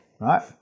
right